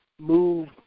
move